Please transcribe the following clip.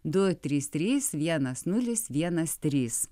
du trys trys vienas nulis vienas trys